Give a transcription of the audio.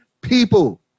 people